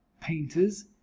painters